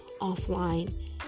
offline